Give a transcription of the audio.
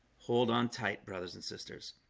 hold on tight brothers and sisters.